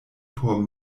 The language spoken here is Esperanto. por